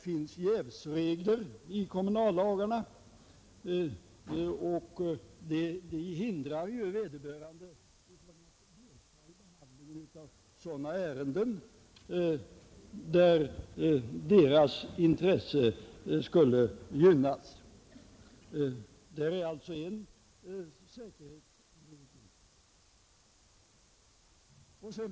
Nu finns det jävsregler i kommunallagarna som förhindrar förtroendemän att delta i behandlingen av ärenden i vilka deras intressen skulle kunna gynnas. Det ger alltså en viss säkerhet.